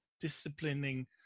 disciplining